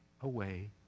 away